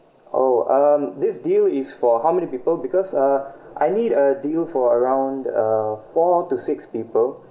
oh um this deal is for how many people because uh I need a deal for around uh four to six people